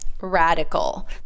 Radical